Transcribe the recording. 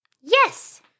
Yes